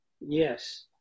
Yes